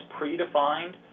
predefined